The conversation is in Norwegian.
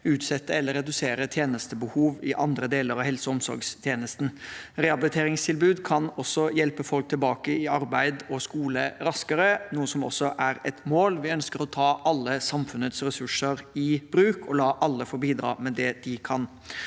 utsette eller redusere tjenestebehov i andre deler av helse- og omsorgstjenesten. Rehabiliteringstilbud kan også hjelpe folk tilbake i arbeid og skole raskere, noe som også er et mål. Vi ønsker å ta alle samfunnets ressurser i bruk og la alle få bidra med det de kan.